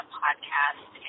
podcast